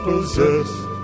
possessed